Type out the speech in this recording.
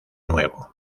nuevo